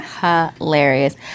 Hilarious